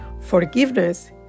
Forgiveness